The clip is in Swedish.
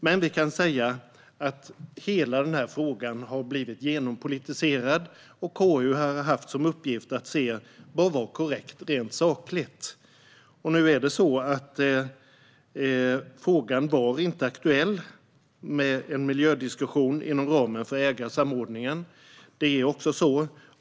Det kan dock sägas att hela denna fråga har blivit genompolitiserad. Gransknings-betänkandeVissa frågor om regeringens ansvar för förvaltningen och statliga bolag KU har haft som uppgift att se vad som var korrekt rent sakligt. Frågan om en miljödiskussion var inte aktuell inom ramen för ägarsamordningen.